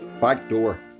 Backdoor